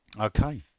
Okay